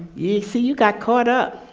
you see, you got caught up,